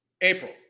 April